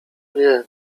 wie